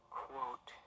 quote